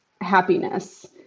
happiness